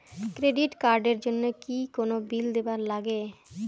Credit card এর জন্যে কি কোনো বিল দিবার লাগে?